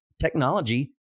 technology